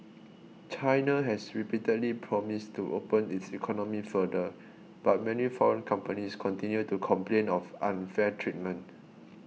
china has repeatedly promised to open its economy further but many foreign companies continue to complain of unfair treatment